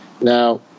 Now